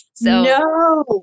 No